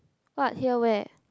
what here where